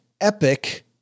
epic